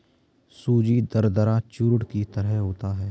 सूजी दरदरा चूर्ण की तरह होता है